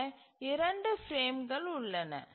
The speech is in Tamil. பின்னர் இரண்டு பிரேம்கள் உள்ளன